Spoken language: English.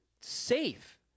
safe